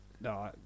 No